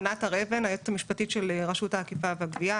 היועצת המשפטית, רשות האכיפה והגבייה.